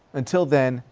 until then,